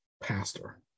pastor